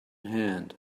hand